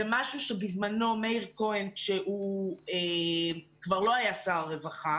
זה משהו שבזמנו מאיר כהן - כשהוא כבר שלא היה שר הרווחה